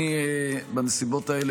בנסיבות האלה,